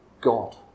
God